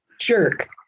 jerk